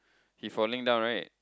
he falling down right